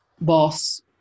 boss